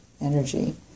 energy